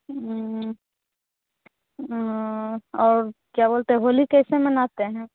और क्या बोलते होली कैसे मानते हें